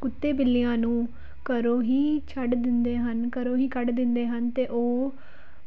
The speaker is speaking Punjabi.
ਕੁੱਤੇ ਬਿੱਲੀਆਂ ਨੂੰ ਘਰੋਂ ਹੀ ਛੱਡ ਦਿੰਦੇ ਹਨ ਘਰੋਂ ਹੀ ਕੱਢ ਦਿੰਦੇ ਹਨ ਅਤੇ ਉਹ